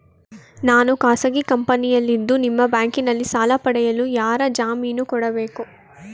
ನಾನು ಖಾಸಗಿ ಕಂಪನಿಯಲ್ಲಿದ್ದು ನಿಮ್ಮ ಬ್ಯಾಂಕಿನಲ್ಲಿ ಸಾಲ ಪಡೆಯಲು ಯಾರ ಜಾಮೀನು ಕೊಡಬೇಕು?